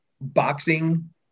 boxing